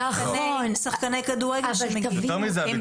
יותר מזה,